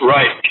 Right